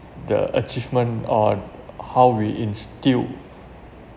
the achievement or how we instill